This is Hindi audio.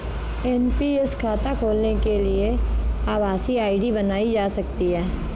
एन.पी.एस खाता खोलने के लिए आभासी आई.डी बनाई जा सकती है